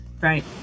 Right